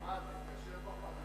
ג'מאל, תתקשר בפגרה.